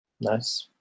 nice